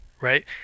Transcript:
right